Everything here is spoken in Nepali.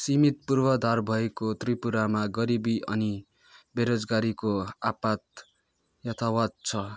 सीमित पूर्वाधार भएको त्रिपुरामा गरिबी अनि बेरोजगारीको आपत यथावत् छ